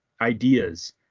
ideas